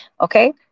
okay